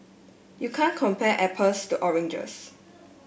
you can't compare apples to oranges